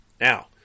Now